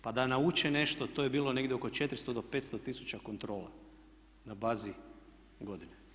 Pa da nauče nešto, to je bilo negdje oko 400 do 500 tisuća kontrola na bazi godine.